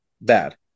bad